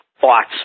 thoughts